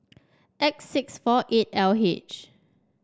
X six four eight L H